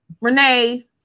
renee